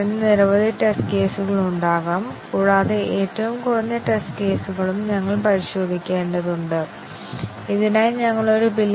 കണ്ടിഷന്റ്റെ പ്രധാന കോമ്പിനേഷനുകൾ പരീക്ഷിക്കാൻ ഞങ്ങൾ ആഗ്രഹിക്കുന്നു എന്നതാണ് ഇവിടെ പ്രധാന ആശയം